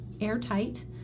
airtight